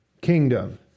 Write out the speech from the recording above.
kingdom